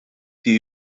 die